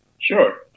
Sure